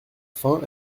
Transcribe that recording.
fin